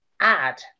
add